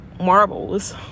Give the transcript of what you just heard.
marbles